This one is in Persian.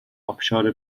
ابشار